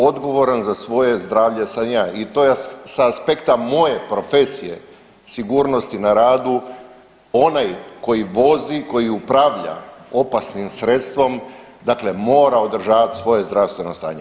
Odgovoran za svoje zdravlje sam ja i to je s aspekta moje profesije sigurnosti na radu, onaj koji vozi, koji upravlja opasnim sredstvom dakle mora održavati svoje zdravstveno stanje.